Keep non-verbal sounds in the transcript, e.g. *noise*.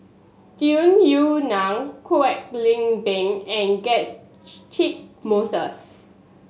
Tung Yue Nang Kwek Leng Beng and *unintelligible* Moses